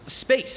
space